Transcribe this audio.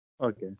Okay